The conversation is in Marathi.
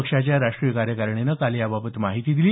पक्षाच्या राष्टीय कार्यकारिणीनं काल याबाबत माहिती दिली